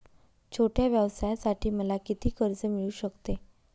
छोट्या व्यवसायासाठी मला किती कर्ज मिळू शकते?